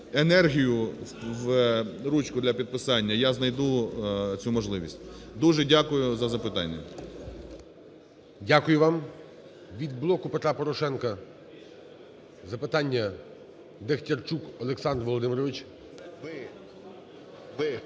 енергію в ручку для підписання, я знайду цю можливість. Дуже дякую за запитання. ГОЛОВУЮЧИЙ. Дякую вам. Від "Блоку Петра Порошенка" запитання. Дехтярчук Олександр Володимирович.